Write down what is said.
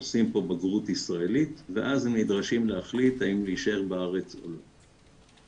עושים פה בגרות ישראלית ואז הם נדרשים להחליט האם להישאר בארץ או לא.